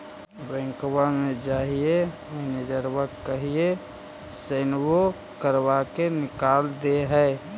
बैंकवा मे जाहिऐ मैनेजरवा कहहिऐ सैनवो करवा के निकाल देहै?